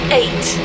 eight